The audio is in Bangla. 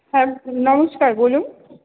নমস্কার বলুন